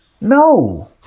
no